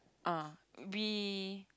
ah we